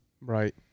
right